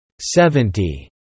Seventy